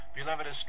Beloved